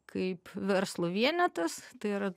kaip verslo vienetas tai yra